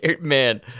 Man